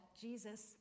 Jesus